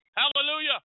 hallelujah